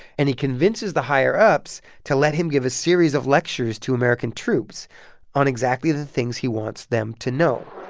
and he convinces the higher-ups to let him give a series of lectures to american troops on exactly the things he wants them to know